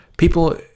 People